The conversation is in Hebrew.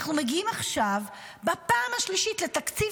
אנחנו מגיעים עכשיו בפעם השלישית לתקציב